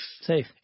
Safe